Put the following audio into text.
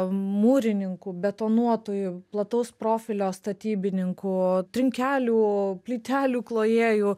mūrininkų betonuotojų plataus profilio statybininkų trinkelių plytelių klojėjų